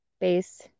base